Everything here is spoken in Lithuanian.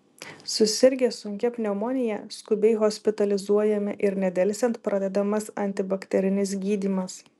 susirgę sunkia pneumonija skubiai hospitalizuojami ir nedelsiant pradedamas antibakterinis gydymas